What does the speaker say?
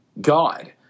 god